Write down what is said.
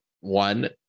One